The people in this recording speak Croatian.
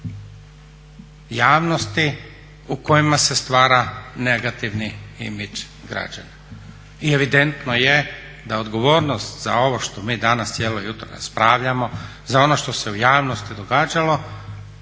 javnosti u kojima se stvara negativni image građana. I evidentno je da odgovornost za ovo što mi danas cijelo jutro raspravljamo, za ono što se u javnosti događalo